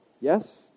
Yes